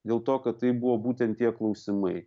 dėl to kad tai buvo būtent tie klausimai